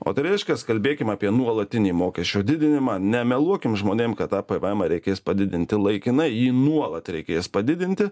o tai reiškias kalbėkim apie nuolatinį mokesčio didinimą nemeluokim žmonėm kad apribojimą reikės padidinti laikinai jį nuolat reikės padidinti